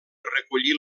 recollir